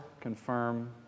confirm